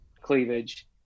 cleavage